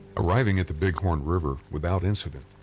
arriving at the bighorn river without incident,